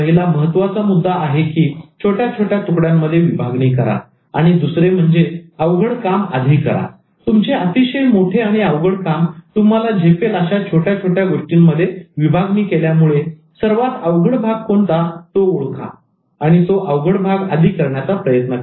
पहिला महत्त्वाचा मुद्दा आहे की छोट्या छोट्या तुकड्यांमध्ये विभागणी करा आणि दुसरे म्हणजे अवघड काम आधी करा तुमचे अतिशय मोठे आणि अवघड काम तुम्हाला झेपेल अशा छोट्या गोष्टींमध्ये विभागणी केल्यामुळे सर्वात अवघड भाग कोणता आहे तो ओळखा आणि तो अवघड भाग आधी करण्याचा प्रयत्न करा